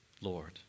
Lord